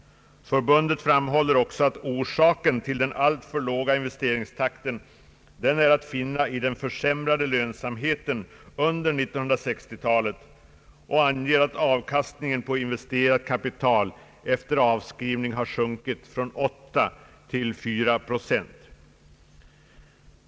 Förbundet framhåller också att orsaken till den alltför låga investeringstakten är att finna i den försämrade lönsamheten under 1960 talet och anger att avkastningen på investerat kapital efter avskrivning har sjunkit från 8 till 4 procent.